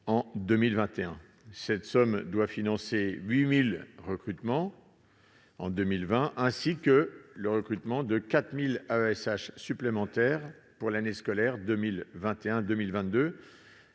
en 2021. Cette somme doit financer 8 000 recrutements en 2020, ainsi que le recrutement de 4 000 AESH supplémentaires pour l'année scolaire 2021-2022